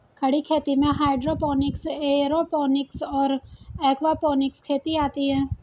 खड़ी खेती में हाइड्रोपोनिक्स, एयरोपोनिक्स और एक्वापोनिक्स खेती आती हैं